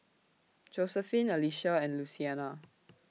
Josephine Alicia and Luciana